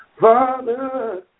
Father